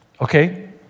okay